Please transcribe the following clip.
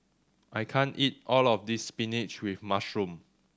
I can't eat all of this spinach with mushroom